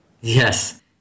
Yes